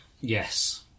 Yes